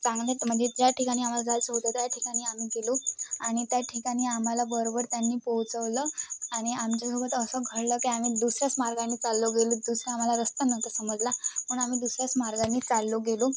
चांगले तर म्हणजे ज्या ठिकाणी आम्हाला जायचं होतं त्या ठिकाणी आम्ही गेलो आणि त्याठिकाणी आम्हाला बरोबर त्यांनी पोचवलं आणि आमच्यासोबत असं घडलं की आम्ही दुसऱ्याच मार्गाने चाललो गेलो दुसऱ्या आम्हाला रस्ता नव्हता समजला पण आम्ही दुसऱ्याच मार्गाने चाललो गेलो